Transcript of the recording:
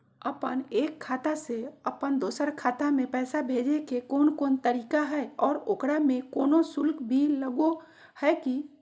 अपन एक खाता से अपन दोसर खाता में पैसा भेजे के कौन कौन तरीका है और ओकरा में कोनो शुक्ल भी लगो है की?